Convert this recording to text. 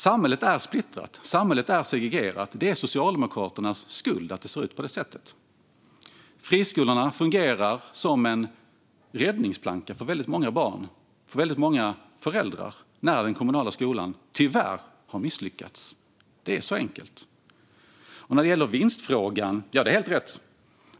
Samhället är splittrat. Samhället är segregerat. Socialdemokraterna är skuld till att det ser ut på det sättet. Friskolorna fungerar som en räddningsplanka för väldigt många barn och föräldrar när den kommunala skolan tyvärr har misslyckats. Så enkelt är det. När det gäller vinstfrågan är det helt rätt.